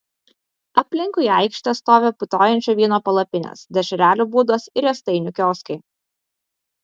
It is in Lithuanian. aplinkui aikštę stovi putojančio vyno palapinės dešrelių būdos ir riestainių kioskai